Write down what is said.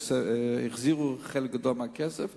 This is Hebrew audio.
החזירו חלק גדול מהכסף,